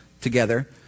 Together